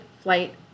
flight